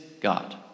God